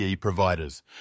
providers